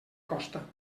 costa